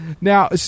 Now